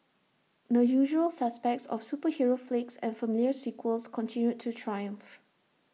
the usual suspects of superhero flicks and familiar sequels continued to triumph